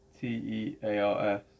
T-E-A-R-S